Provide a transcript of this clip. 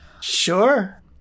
Sure